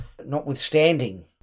notwithstanding